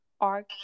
arc